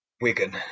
Wigan